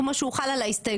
כמו שהוא חל על ההסתייגויות,